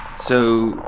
so,